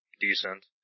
decent